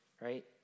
right